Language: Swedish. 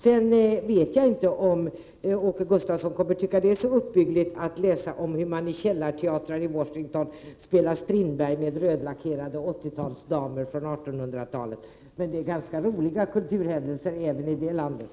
Sedan vet jag inte om Åke Gustavsson kommer att tycka att det är så uppbyggligt att läsa om hur man på källarteatrar i Washington spelar Strindberg med rödlackerade 80-talsdamer från 1800-talet; det förekommer alltså ganska roliga kulturhändelser även i det landet.